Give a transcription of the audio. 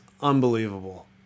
unbelievable